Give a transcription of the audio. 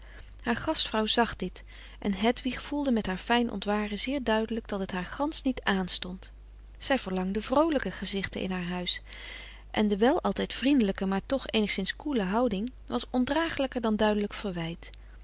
haar gastvrouw zag dit en hedwig voelde met haar fijn ontwaren zeer duidelijk dat het haar gansch niet frederik van eeden van de koele meren des doods àànstond zij verlangde vroolijke gezichten in haar huis en de wel altijd vriendelijke maar toch eenigszins koele houding was ondragelijker dan duidelijk verwijt